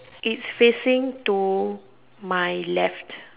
it's facing to my left